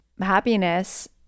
happiness